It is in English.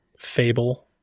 Fable